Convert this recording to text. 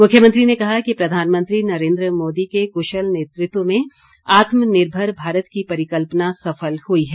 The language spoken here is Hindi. मुख्यमंत्री ने कहा कि प्रधानमंत्री नरेन्द्र मोदी के कुशल नेतृत्व में आत्मनिर्भर भारत की परिकल्पना सफल हुई है